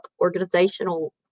organizational